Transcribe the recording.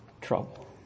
trouble